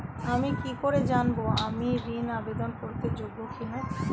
আমি কি করে জানব আমি ঋন আবেদন করতে যোগ্য কি না?